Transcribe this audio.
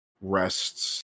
rests